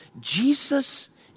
Jesus